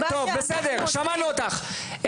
טוב, בסדר, שמענו אותך.